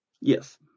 Yes